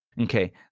Okay